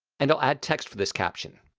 and i'll add text for this caption.